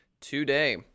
today